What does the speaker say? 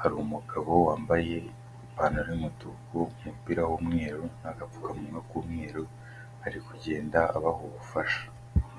hari umugabo wambaye ipantaro y'umutuku, umupira w'umweru n'agapfukamunwa k'umweru, ari kugenda abaha ubufasha.